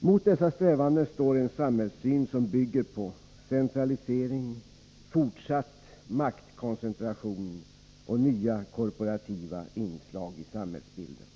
Mot dessa strävanden står, å andra sidan, en samhällssyn som bygger på centralisering, fortsatt maktkoncentration och nya korporativa förslag i samhällsbilden.